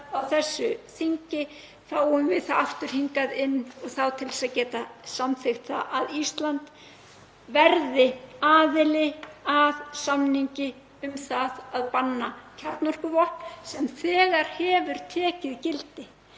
á þessu þingi fáum við það aftur hingað inn og þá til að geta samþykkt að Ísland verði aðili að samningi um að banna kjarnorkuvopn sem þegar hefur tekið gildi.